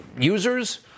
users